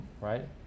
Right